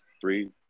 Three